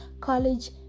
College